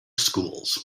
schools